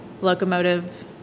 locomotive